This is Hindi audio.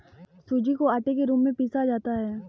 सूजी को आटे के रूप में पीसा जाता है